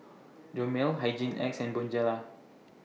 Dermale Hygin X and Bonjela